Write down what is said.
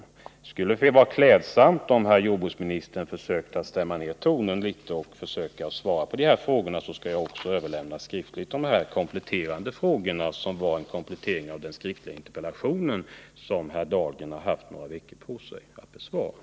Det skulle vara klädsamt om herr jordbruksministern ville stämma ner tonen litet och försöka svara på de här frågorna. Jag skall nu i skriftlig form överlämna de frågor som var en komplettering av den skriftliga interpellation som herr Dahlgren har haft några veckor på sig för att besvara.